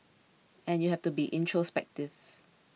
and you have to be introspective